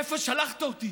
לאיפה שלחת אותי?